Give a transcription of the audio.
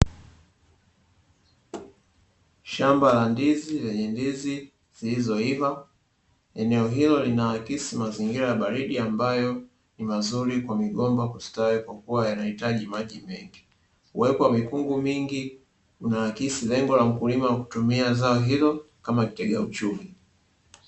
Shamba la ndizi lenye ndizi zilizoiva, eneo hilo linaakisi mazingira ya baridi ambayo ni mazuri kwa migomba kustawi kuwa yanahitaji maji mengi. Kuweka mikungu mingi kunaakisi lengo la kulima kutumia zao hilo kama kitega uchumi.